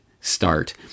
start